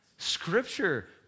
Scripture